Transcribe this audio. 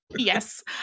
yes